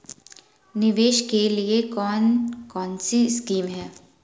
निवेश के लिए कौन कौनसी स्कीम हैं?